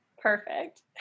Perfect